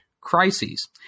crises